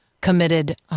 committed